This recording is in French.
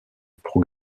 pour